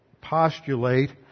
postulate